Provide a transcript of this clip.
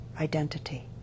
identity